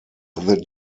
that